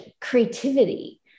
creativity